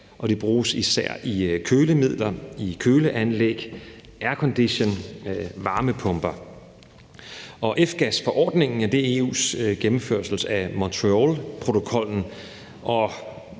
de bruges i især i kølemidler, i køleanlæg, aircondition og varmepumper. F-gasforordningen er EU's gennemførelse af Montrealprotokollen.